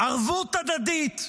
ערבות הדדית,